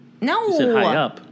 No